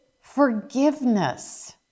forgiveness